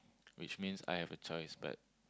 which means I have a choice but